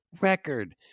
record